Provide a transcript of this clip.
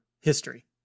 history